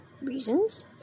reasons